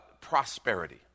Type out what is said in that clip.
prosperity